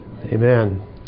Amen